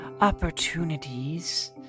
opportunities